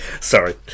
Sorry